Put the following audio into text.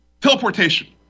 teleportation